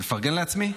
לפרגן לעצמי?